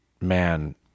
man